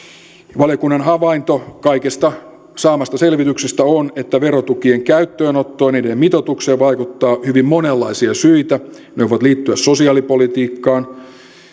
valiokunnan havainto kaikesta saamastaan selvityksestä on että verotukien käyttöönottoon ja niiden mitoitukseen vaikuttaa hyvin monenlaisia syitä ne voivat liittyä sosiaalipolitiikkaan